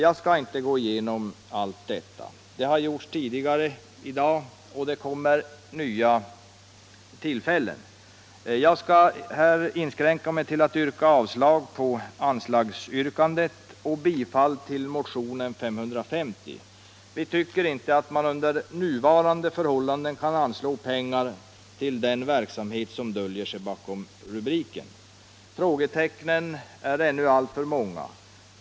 Jag skall inte gå igenom allt detta, det har gjorts tidigare i dag, och det kommer nya tillfällen. Jag skall inskränka mig till att yrka avslag på utskottets hemställan och bifall till motionen 550. Vi tycker inte att man under nuvarande förhållanden kan anslå pengar till den verksamhet som döljer sig bakom rubriken. Frågetecknen är ännu alltför många.